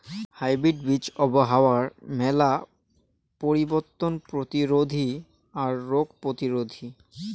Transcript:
hybrid বীজ আবহাওয়ার মেলা পরিবর্তন প্রতিরোধী আর রোগ প্রতিরোধী